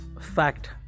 fact